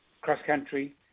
cross-country